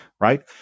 right